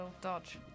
Dodge